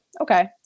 okay